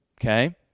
okay